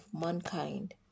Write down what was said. mankind